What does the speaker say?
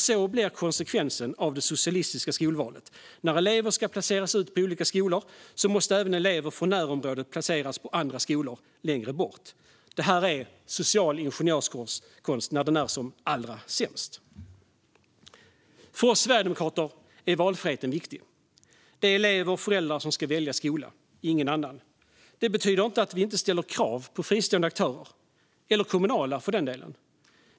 Så blir konsekvensen av det socialistiska skolvalet: När elever ska placeras ut på olika skolor måste även elever från närområdet placeras på andra skolor längre bort. Det är social ingenjörskonst när den är som allra sämst. För oss sverigedemokrater är valfriheten viktig. Det är elever och föräldrar som ska välja skola, ingen annan. Det betyder inte att vi inte ställer krav på fristående aktörer - eller kommunala, för den delen.